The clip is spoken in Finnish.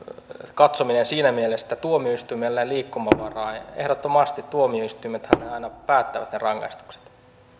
katsominen eli siinä mielessä tuomioistuimelle liikkumavaraa ehdottomasti tuomioistuimethan ne aina päättävät ne rangaistukset